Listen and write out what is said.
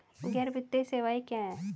गैर वित्तीय सेवाएं क्या हैं?